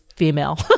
female